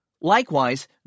Likewise